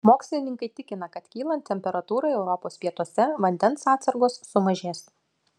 mokslininkai tikina kad kylant temperatūrai europos pietuose vandens atsargos sumažės